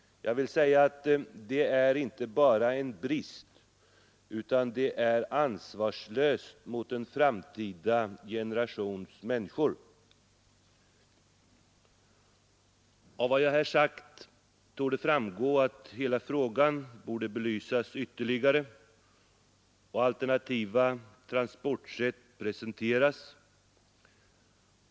Det är inte bara en brist — det är ansvarslöst mot en framtida generation människor. Av vad jag här sagt torde framgå att hela frågan borde belysas ytterligare och alternativa transportsätt presenteras.